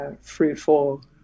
fruitful